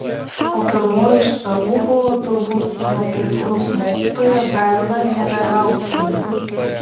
o pirmoji iš savų buvo turbūt kūno kultūros mokytoja gaila neverauskienė